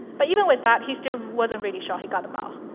but even with that he still wasn't really sure he got them all.